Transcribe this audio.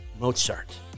Mozart